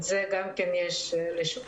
את זה גם כן יש לשאול.